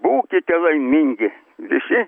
būkite laimingi visi